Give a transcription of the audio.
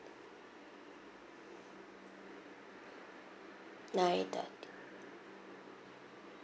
nine thirty